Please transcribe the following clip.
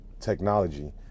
technology